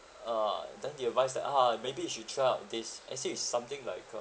a'ah then he advised that a'ah maybe you should try out this actually it's something like a